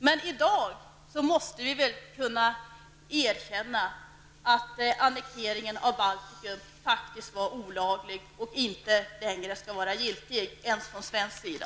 Men i dag måste vi väl kunna erkänna att annekteringen av Baltikum faktiskt var olaglig och inte längre skall vara giltig ens från svensk sida.